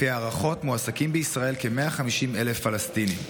לפי הערכות מועסקים בישראל כ-150,000 פלסטינים.